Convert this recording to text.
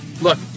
Look